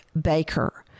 baker